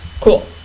Cool